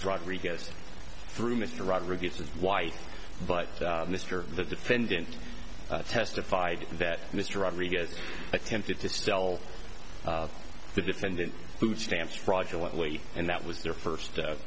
rodriguez through mr rodriguez his wife but mr the defendant testified that mr rodriguez attempted to sell the defendant food stamps fraudulent lee and that was their first